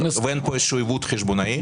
ואין פה עיוות חשבונאי?